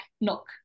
knock